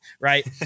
right